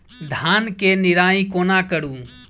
धान केँ निराई कोना करु?